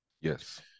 Yes